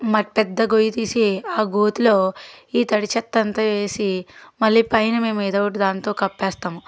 పెద్ద గొయ్యి తీసి ఆ గోతిలో ఈ తడి చెత్త అంతా వేసి మళ్ళీ పైన మేము ఏదో ఒకటి దానితో కప్పేస్తాము